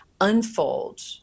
unfold